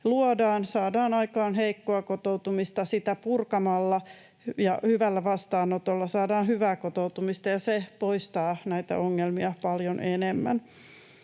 luodaan, saadaan aikaan heikkoa kotoutumista. Sitä purkamalla ja hyvällä vastaanotolla saadaan hyvää kotoutumista, ja se poistaa näitä ongelmia paljon enemmän.